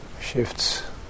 shifts